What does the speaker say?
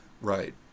Right